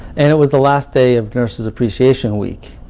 and, it was the last day of nurse's appreciation week.